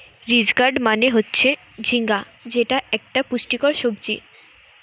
ridge gourd মানে হচ্ছে ঝিঙ্গা যেটা একটা পুষ্টিকর সবজি